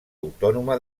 autònoma